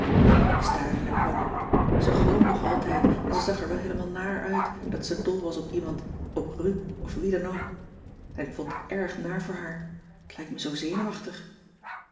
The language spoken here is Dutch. ik staarde naar connie ze glom nog altijd en ze zag er wel heelemaal naar uit dat ze dol was op iemand op ru of wie dan ook en k vond het erg naar voor haar t lijkt me zoo zenuwachtig